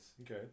okay